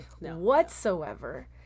whatsoever